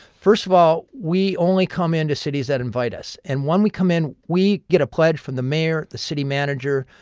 first of all, we only come into cities that invite us. and when we come in, we get a pledge from the mayor, the city manager,